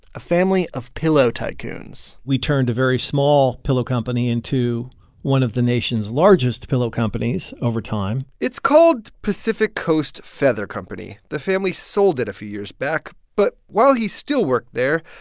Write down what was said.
a family of pillow tycoons we turned a very small pillow company into one of the nation's largest pillow companies over time it's called pacific coast feather company. the family sold it a few years back. but while he still worked there,